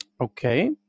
Okay